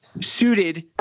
suited